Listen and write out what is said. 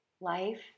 life